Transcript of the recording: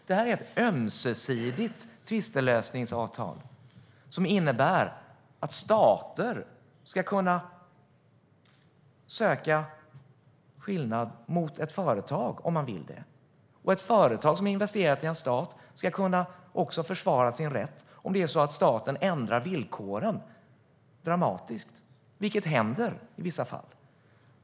Det här är ett ömsesidigt tvistlösningsavtal som innebär att stater ska kunna söka skillnad mot ett företag om man vill det. Och ett företag som investerat i en stat ska också kunna försvara sin rätt om det är så att staten ändrar villkoren dramatiskt, vilket händer i vissa fall.